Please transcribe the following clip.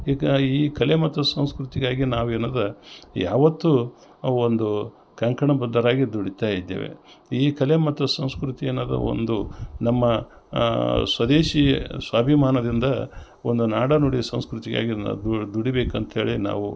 ಈಗ ಈ ಕಲೆ ಮತ್ತು ಸಂಸ್ಕೃತಿಗಾಗಿ ನಾವು ಏನದ ಯಾವತ್ತು ಒಂದು ಕಂಕಣ ಬದ್ಧರಾಗಿ ದುಡಿತಾ ಇದ್ದೇವೆ ಈ ಕಲೆ ಮತ್ತು ಸಂಸ್ಕೃತಿ ಅನ್ನೋದು ಒಂದು ನಮ್ಮ ಸ್ವದೇಶಿ ಸ್ವಾಭಿಮಾನದಿಂದ ಒಂದು ನಾಡನುಡಿ ಸಂಸ್ಕೃತಿಗಾಗಿ ದುಡಿಬೇಕು ಅಂತ ಹೇಳಿ ನಾವು